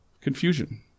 confusion